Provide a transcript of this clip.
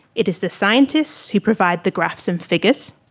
it is the scientists who provide the graphs and figures,